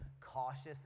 cautious